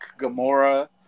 Gamora